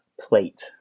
plate